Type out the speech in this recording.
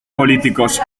políticos